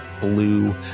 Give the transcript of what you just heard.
blue